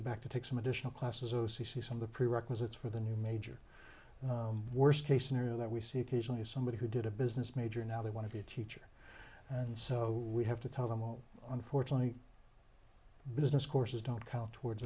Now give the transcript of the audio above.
you back to take some additional classes o c c some of the prerequisites for the new major worst case scenario that we see occasionally somebody who did a business major now they want to be a teacher and so we have to tell them all unfortunately business courses don't count towards